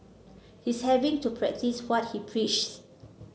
he's having to practice what he preaches